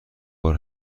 بار